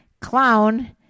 clown